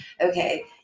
Okay